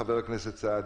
הוא חבר הכנסת סעדי.